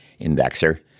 indexer